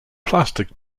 plastic